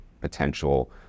potential